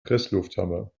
presslufthammer